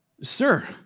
Sir